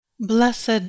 Blessed